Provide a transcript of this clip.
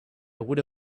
would